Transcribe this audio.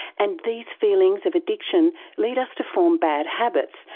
and these feelings of addiction lead us to form bad habits,